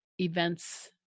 events